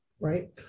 right